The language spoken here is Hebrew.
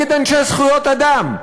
נגד אנשי זכויות אדם,